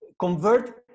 convert